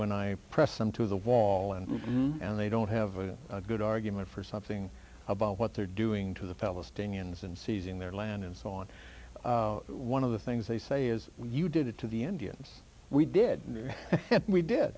when i press them to the wall and and they don't have a good argument for something about what they're doing to the palestinians and seizing their land and so on one of the things they say is you did it to the indians we did and we did